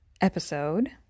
episode